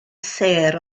sêr